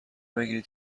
بگیرید